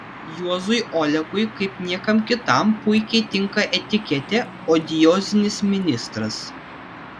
juozui olekui kaip niekam kitam puikiai tinka etiketė odiozinis ministras